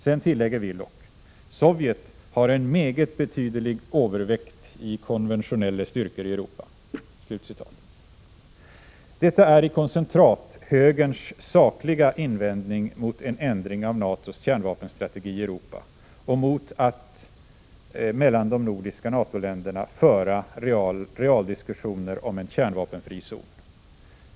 Sedan tillägger Willoch: ”Sovjet har en meget betydelig overvekt i konventionelle styrker i Europa.” Detta är i koncentrat högerns sakliga invändning mot en ändring av NATO:s kärnvapenstrategi i Europa och mot att mellan de nordiska NATO-länderna föra realdiskussioner om en kärnvapenfri zon.